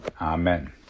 Amen